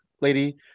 lady